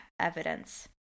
evidence